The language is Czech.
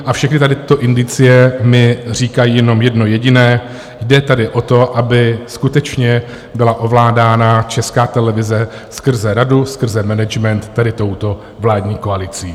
A všechny tady tyto indicie mi říkají jenom jedno jediné: jde tady o to, aby skutečně byla ovládána Česká televize skrze radu, skrze management, tady touto vládní koalicí.